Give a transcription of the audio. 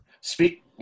Speak